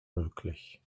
möglich